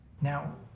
Now